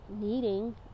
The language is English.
needing